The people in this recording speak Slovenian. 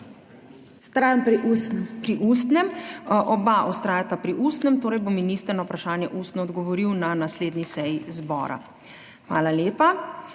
Pri ustnem. Oba vztrajata pri ustnem, torej bo minister na vprašanje ustno odgovoril na naslednji seji zbora. Hvala lepa.